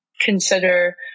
consider